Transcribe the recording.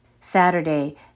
Saturday